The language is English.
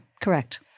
correct